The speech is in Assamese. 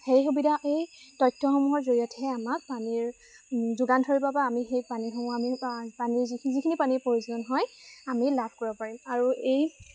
সেই সুবিধা এই তথ্যসমূহৰ জৰিয়তেহে আমাক পানীৰ যোগান ধৰিব পৰা আমি সেই পানীসমূহ আমি পানীৰ যিখিনি পানীৰ প্ৰয়োজন হয় আমি লাভ কৰিব পাৰিম আৰু এই